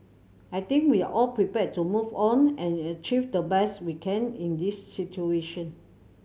I think we are all prepared to move on and achieve the best we can in this situation